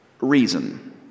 reason